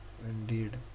indeed